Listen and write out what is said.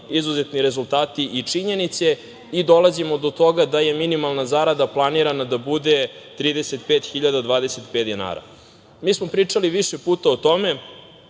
izuzetni rezultati i činjenice. Dolazimo do toga da je minimalna zarada planirana da bude 35.025 dinara. Mi smo pričali više puta o tome,